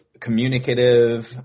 communicative